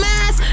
Mass